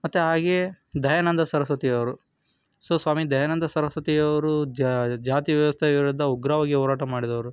ಮತ್ತು ಹಾಗೆ ದಯಾನಂದ ಸರಸ್ವತಿ ಅವರು ಸೊ ಸ್ವಾಮಿ ದಯಾನಂದ ಸರಸ್ವತಿ ಅವರು ಜಾತಿ ವ್ಯವಸ್ಥೆಯ ವಿರುದ್ಧ ಉಗ್ರವಾಗಿ ಹೋರಾಟ ಮಾಡಿದವರು